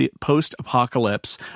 post-apocalypse